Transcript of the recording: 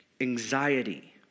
Anxiety